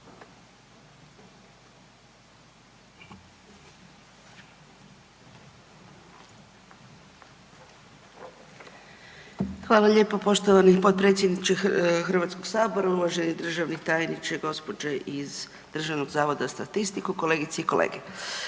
Hvala lijepo poštovani potpredsjedniče HS, uvaženi državni tajniče, gđe. iz Državnog zavoda za statistiku, kolegice i kolege.